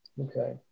Okay